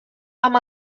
amb